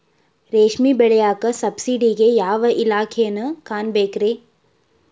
ರೇಷ್ಮಿ ಬೆಳಿಯಾಕ ಸಬ್ಸಿಡಿಗೆ ಯಾವ ಇಲಾಖೆನ ಕಾಣಬೇಕ್ರೇ?